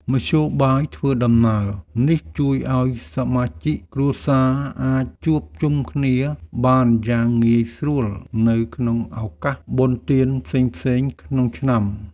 មធ្យោបាយធ្វើដំណើរនេះជួយឱ្យសមាជិកគ្រួសារអាចជួបជុំគ្នាបានយ៉ាងងាយស្រួលនៅក្នុងឱកាសបុណ្យទានផ្សេងៗក្នុងឆ្នាំ។